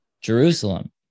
Jerusalem